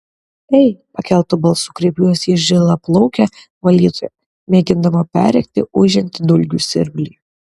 ei pakeltu balsu kreipiuosi į žilaplaukę valytoją mėgindama perrėkti ūžiantį dulkių siurblį